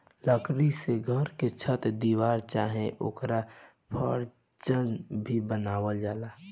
लकड़ी से घर के छत दीवार चाहे ओकर फर्स भी बनावल जाला